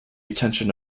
attention